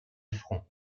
francs